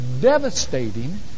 devastating